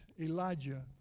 Elijah